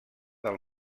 del